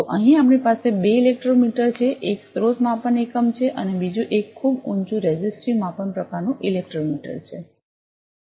તો અહીં આપણી પાસે બે ઇલેક્ટ્રોમીટર છે એક સ્રોત માપન એકમ છે અને બીજું એક ખૂબ ઊંચું રેઝિસ્ટિવ માપન પ્રકારનું ઇલેક્ટ્રોમીટર છે